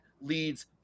leads